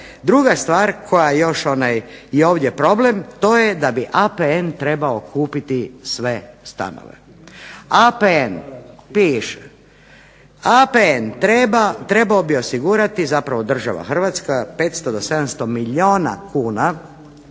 Druga stvar koja je još ovdje problem to je da bi APN trebao kupiti sve stanove. APN piše, APN trebao bi osigurati, zapravo država Hrvatska 500 do 700 milijuna kuna